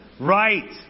Right